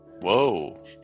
Whoa